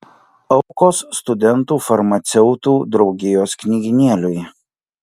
aukos studentų farmaceutų draugijos knygynėliui